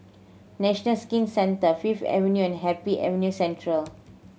National Skin Centre Fifth Avenue and Happy Avenue Central